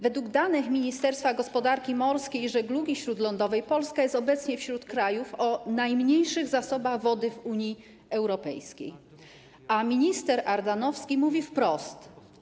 Według danych Ministerstwa Gospodarki Morskiej i Żeglugi Śródlądowej Polska jest obecnie wśród krajów o najmniejszych zasobach wody w Unii Europejskiej, a minister Ardanowski mówi wprost: